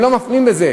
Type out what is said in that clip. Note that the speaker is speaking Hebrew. הם לא מפלים בזה.